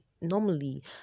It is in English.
normally